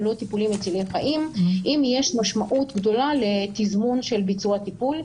לא טיפולים מצילי חיים אם יש משמעות גדולה לתזמון של ביצוע טיפול,